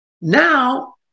Now